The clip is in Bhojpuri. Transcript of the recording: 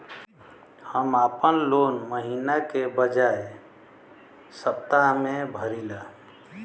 हम आपन लोन महिना के बजाय सप्ताह में भरीला